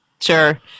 Sure